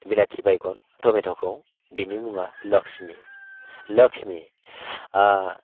बिलाथि बायगन टमेट'खौ बिनि मुङा लक्ष्मि लक्ष्मि